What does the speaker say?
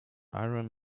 iron